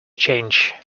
change